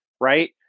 Right